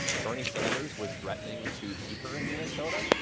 bernie sanders was threatening to beat her in minnesota.